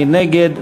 מי נגד?